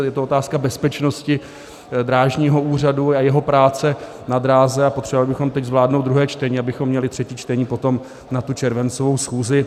Je to otázka bezpečnosti, Drážního úřadu a jeho práce na dráze a potřebovali bychom teď zvládnout druhé čtení, abychom měli třetí čtení potom na červencovou schůzi.